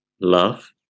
love